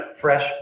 fresh